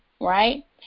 right